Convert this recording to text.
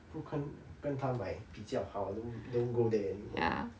不坑跟他买比较好 don't don't go there anymore